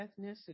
ethnicity